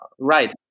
right